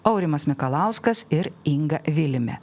aurimas mikalauskas ir inga vilimė